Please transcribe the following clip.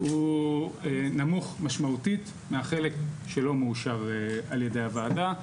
הוא נמוך משמעותית מהחלק שלא מאושר על ידי הוועדה.